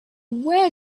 where